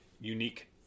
unique